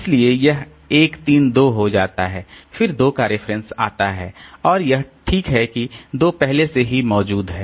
इसलिए यह 1 3 2 हो जाता है फिर 2 का रेफरेंस आता है और यह ठीक है कि 2 पहले से ही मौजूद है